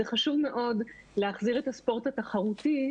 זה חשוב מאוד להחזיר את הספורט התחרותי,